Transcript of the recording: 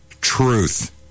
Truth